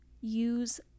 use